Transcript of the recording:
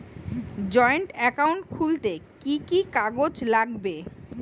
Joint account খুলতে কি কি কাগজ লাগবে?